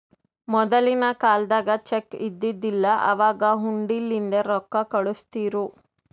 ಮೊದಲಿನ ಕಾಲ್ದಾಗ ಚೆಕ್ ಇದ್ದಿದಿಲ್ಲ, ಅವಾಗ್ ಹುಂಡಿಲಿಂದೇ ರೊಕ್ಕಾ ಕಳುಸ್ತಿರು